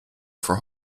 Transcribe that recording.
for